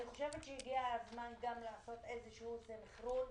אני חושבת שהגיע הזמן לעשות איזה שהוא סנכרון